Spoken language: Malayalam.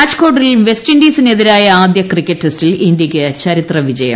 രാജ്കോട്ടിൽ വെസ്റ്റിൻഡീസിനെതിരായ ആദ്യ ക്രിക്കറ്റ് ടെസ്റ്റിൽ ഇന്ത്യക്ക് ചരിത്ര വിജയം